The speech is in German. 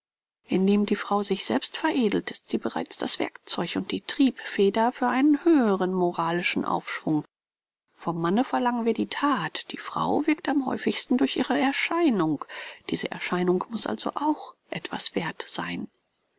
indem die frau sich selbst veredelt ist sie bereits das werkzeug und die triebfeder für einen höheren moralischen aufschwung vom manne verlangen wir die that die frau wirkt am häufigsten durch ihre erscheinung diese erscheinung muß also auch etwas werth sein